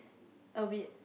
a bit